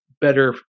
better